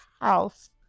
house